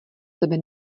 tebe